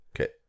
Okay